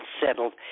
settled